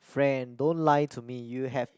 friend don't lie to me you have